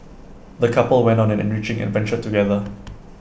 the couple went on an enriching adventure together